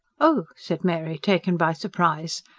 oh! said mary, taken by surprise.